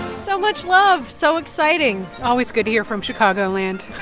so much love, so exciting always good to hear from chicagoland